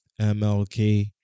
MLK